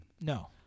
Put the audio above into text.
No